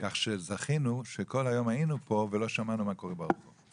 כך שזכינו שכל היום היינו פה ולא שמענו מה קורה ברחוב.